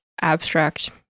abstract